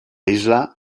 isla